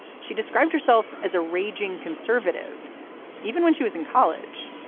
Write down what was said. she described herself as a raging conservative even when she was in college.